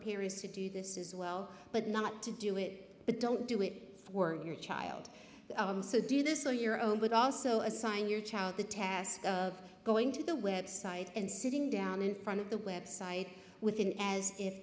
periods to do this as well but not to do it but don't do it for your child so do this on your own would also assign your child the task of going to the website and sitting down in front of the website within as if